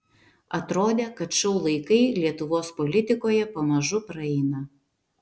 atrodė kad šou laikai lietuvos politikoje pamažu praeina